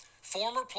former